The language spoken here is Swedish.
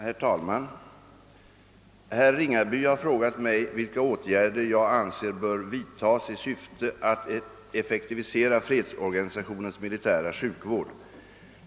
Herr talman! Herr Ringaby har frågat mig vilka åtgärder jag anser bör vidtas i syfte att effektivisera fredsorganisationens militära sjukvård.